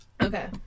Okay